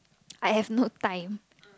I have no time